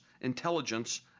intelligence